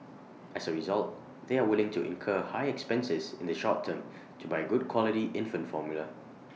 as A result they are willing to incur high expenses in the short term to buy good quality infant formula